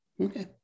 okay